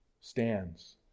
stands